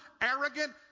arrogant